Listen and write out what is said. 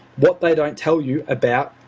lwhat they don't tell you about.